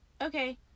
Okay